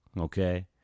okay